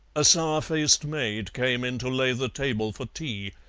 a sour-faced maid came in to lay the table for tea,